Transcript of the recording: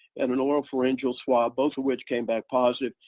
and an oral pharyngeal swab, both of which came back positive.